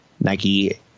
Nike